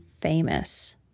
famous